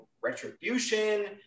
Retribution